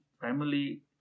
family